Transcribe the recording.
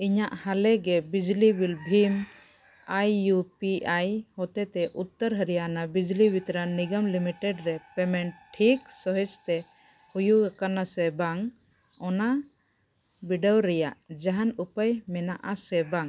ᱤᱧᱟᱹᱜ ᱦᱟᱞᱮ ᱜᱮ ᱵᱤᱡᱽᱞᱤ ᱵᱤᱞ ᱵᱷᱤᱢ ᱟᱭ ᱤᱭᱩ ᱯᱤ ᱟᱭ ᱦᱚᱛᱮᱛᱮ ᱩᱛᱛᱚᱨ ᱦᱚᱨᱤᱭᱟᱱᱟ ᱵᱤᱡᱽᱞᱤ ᱵᱤᱛᱚᱨᱚᱱ ᱱᱤᱜᱚᱢ ᱞᱤᱢᱤᱴᱮᱹᱰ ᱨᱮ ᱯᱮᱢᱮᱴ ᱴᱷᱤᱠ ᱥᱚᱦᱤᱥᱛᱮ ᱦᱩᱭᱩᱜ ᱟᱠᱟᱱᱟ ᱥᱮ ᱵᱟᱝ ᱚᱱᱟ ᱵᱤᱰᱟᱹᱣ ᱨᱮᱭᱟᱜ ᱡᱟᱦᱟᱱ ᱩᱯᱟᱹᱭ ᱢᱮᱱᱟᱜᱼᱟ ᱥᱮ ᱵᱟᱝ